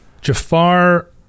Jafar